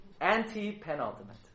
Anti-penultimate